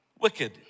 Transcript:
wicked